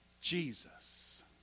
Jesus